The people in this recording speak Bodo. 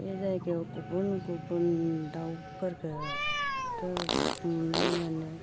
बे जायगायाव गुबुन गुबुन दाउफोरबो नुनो मोनो